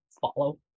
follow